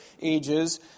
ages